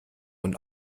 und